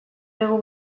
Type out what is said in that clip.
digu